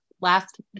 last